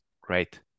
great